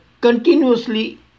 continuously